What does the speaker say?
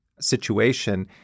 situation